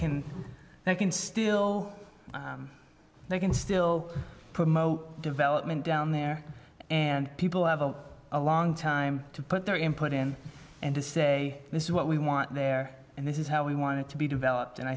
it can still they can still promote development down there and people have a a long time to put their input in and to say this is what we want there and this is how we wanted to be developed and i